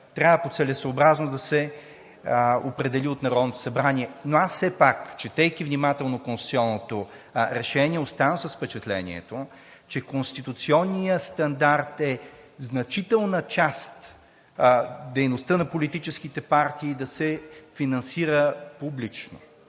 трябва по целесъобразност да се определи от Народното събрание, но аз все пак, четейки внимателно конституционното решение, оставам с впечатлението, че конституционният стандарт е значителна част, дейността на политическите партии да се финансира публично,